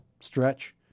stretch